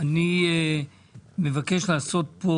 אני מתכוון לעשות את זה,